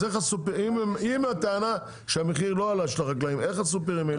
אם הטענה של החקלאים לא עלה אז איך הסופרים העלו